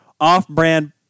off-brand